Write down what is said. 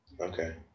Okay